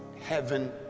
heaven